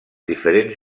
diferents